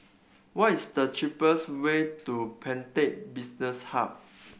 what is the cheapest way to Pantech Business Hub